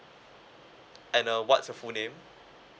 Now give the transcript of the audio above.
and uh what's your full name